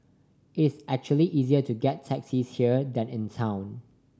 it is actually easier to get taxis here than in town